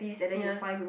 ya